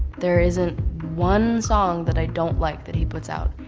there isn't one song that i don't like that he puts out.